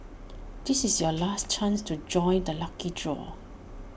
this is your last chance to join the lucky draw